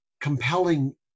compelling